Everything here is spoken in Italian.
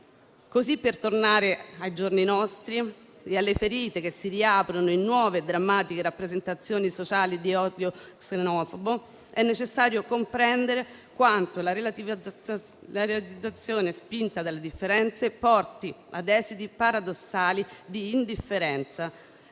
Per tornare ai giorni nostri e alle ferite che si riaprono in nuove, drammatiche rappresentazioni sociali di odio xenofobo, è necessario comprendere quanto la relativizzazione spinta delle differenze porti ad esiti paradossali di indifferenza